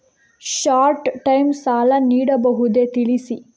Short time ಸಾಲ ನೀಡಬಹುದೇ ತಿಳಿಸಿ?